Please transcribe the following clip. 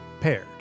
Paired